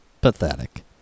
pathetic